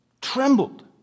trembled